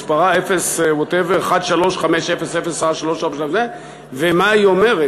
מספרה 0135, whatever, ומה היא אומרת?